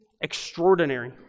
Extraordinary